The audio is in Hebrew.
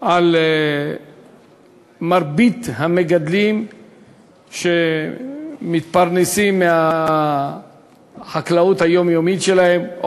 על מרבית המגדלים שמתפרנסים מהחקלאות היומיומית שלהם.